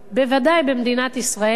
בוודאי במדינת ישראל,